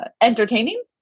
entertaining